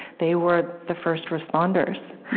they were the first responders